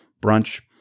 brunch